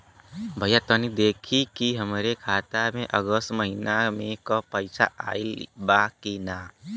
भईया तनि देखती की हमरे खाता मे अगस्त महीना में क पैसा आईल बा की ना?